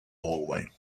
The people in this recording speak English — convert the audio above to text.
hallway